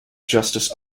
justice